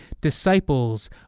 disciples